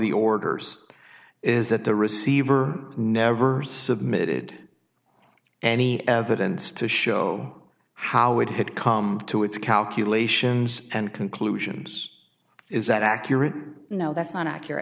the orders is that the receiver never submitted any evidence to show how it had come to its calculations and conclusions is that accurate no that's not accurate